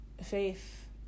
faith